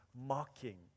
mocking